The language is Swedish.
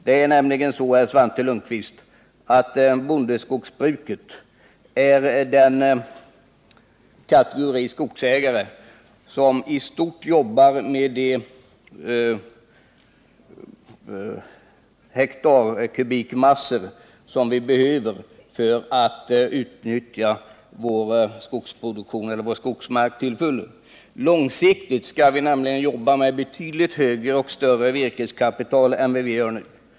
Det är nämligen så, Svante Lundkvist, att i bondeskogsbruket finns den kategori skogsägare som i stort arbetar med de hektarkubikmassor som vi behöver för att kunna utnyttja vår skogsmark till fullo. Långsiktigt skall vi nämligen arbeta med ett betydligt större virkeskapital än f.n.